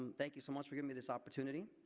um thank you so much for giving me this opportunity.